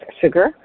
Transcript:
Sugar